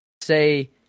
say